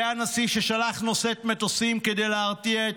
זה הנשיא ששלח נושאת מטוסים כדי להרתיע את